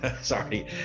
sorry